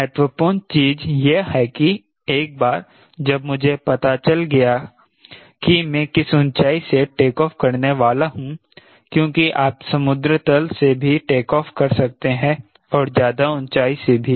महत्वपूर्ण चीज यह है कि एक बार जब मुझे पता चल गया कि मैं किस ऊँचाई से टेकऑफ़ करने वाला हूं क्योंकि आप समुद्र तल से भी टेकऑफ़ कर सकते हैं और ज्यादा ऊँचाई से भी